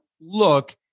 look